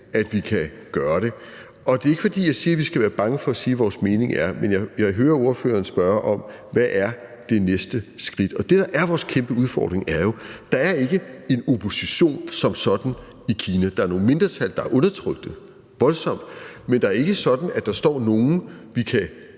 det, vi kan tage. Det er ikke, fordi jeg siger, vi skal være bange for at sige, hvad vores mening er, men jeg hører ordføreren spørge: Hvad er det næste skridt? Og det, der er vores kæmpe udfordring, er jo, at der ikke er en opposition som sådan i Kina. Der er nogle mindretal, der er voldsomt undertrykt, men det er ikke sådan, at der står nogen, vi kan,